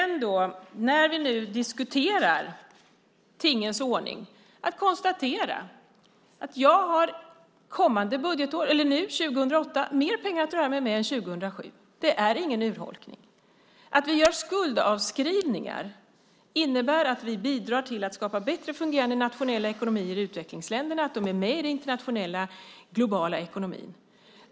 När vi nu diskuterar tingens ordning kan jag igen konstatera att jag 2008 har mer pengar att röra mig med än 2007. Det är ingen urholkning. Att vi gör skuldavskrivningar innebär att vi bidrar till att skapa bättre fungerande nationella ekonomier i utvecklingsländerna, att de är med i den internationella, globala ekonomin.